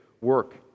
work